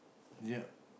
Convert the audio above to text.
yup